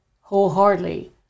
wholeheartedly